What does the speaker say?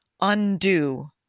undo